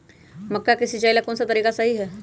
मक्का के सिचाई ला कौन सा तरीका सही है?